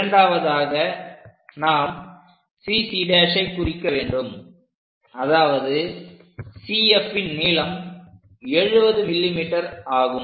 இரண்டாவதாக நாம் CC' ஐ குறிக்க வேண்டும் அதாவது CFன் நீளம் 70 mm ஆகும்